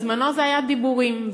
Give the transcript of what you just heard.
בזמנו זה היה דיבורים,